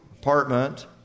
apartment